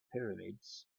pyramids